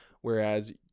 Whereas